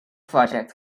project